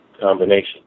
combination